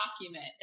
document